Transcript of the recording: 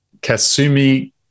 Kasumi